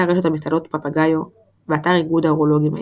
אתר רשת המסעדות פאפאגאיו ואתר איגוד האורולוגים הישראלי,